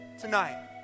tonight